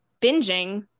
binging